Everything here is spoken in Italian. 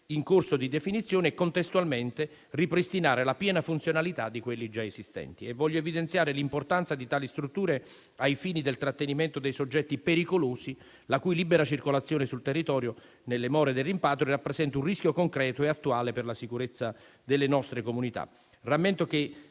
in corso di definizione, e contestualmente ripristinare la piena funzionalità di quelli già esistenti. Voglio evidenziare l'importanza di tali strutture ai fini del trattenimento dei soggetti pericolosi, la cui libera circolazione sul territorio nelle more del rimpatrio rappresenta un rischio concreto e attuale per la sicurezza delle nostre comunità.